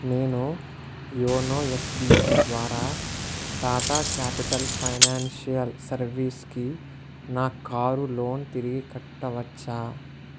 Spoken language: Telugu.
నేను యోనో ఎస్బీఐ ద్వారా టాటా క్యాపిటల్ ఫైనాన్షియల్ సర్వీస్కి నా కారు లోన్ తిరిగి కట్టవచ్చా